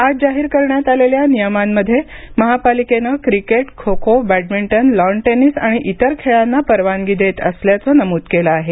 आज जाहीर करण्यात आलेल्या नियमांमध्ये महापालिकेनं cricket kho kho badminton lawn tennis आणि इतर खेळांना परवानगी देत असल्याचे नमूद केलं आहे